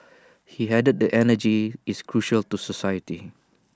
he added that energy is crucial to society